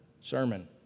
sermon